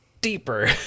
deeper